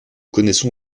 connaissons